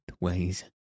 ways